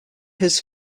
his